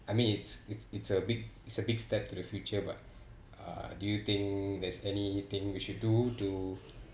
I mean it's it's it's a big it's a big step to the future but uh do you think there's anything we should do to